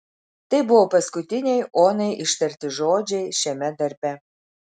tai buvo paskutiniai onai ištarti žodžiai šiame darbe